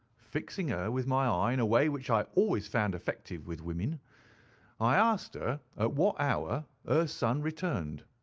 fixing her with my eye in a way which i always found effective with women i asked her at what hour her son returned.